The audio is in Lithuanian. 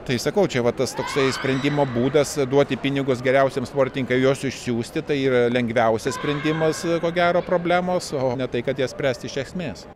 tai sakau čia va tas toksai sprendimo būdas duoti pinigus geriausiems sportininkai juos išsiųsti tai yra lengviausias sprendimas ko gero problemos o ne tai kad jas spręsti iš esmės